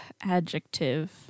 Adjective